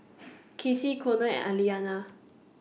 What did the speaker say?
Kaci Conner and